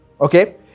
okay